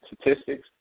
statistics